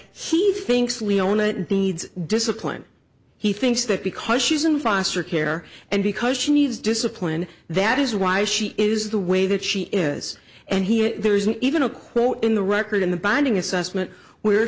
he thinks leona needs discipline he thinks that because she's in foster care and because she needs discipline that is why she is the way that she is and he there isn't even a quote in the record in the binding assessment